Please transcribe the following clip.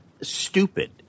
stupid